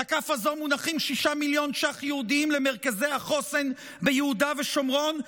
על הכף הזו מונחים 6 מיליון ש"ח ייעודיים למרכזי החוסן ביהודה ושומרון,